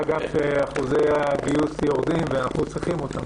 מה גם שאחוזי הגיוס יורדים ואנחנו צריכים אותן,